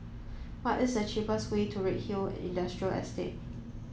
what is the cheapest way to Redhill Industrial Estate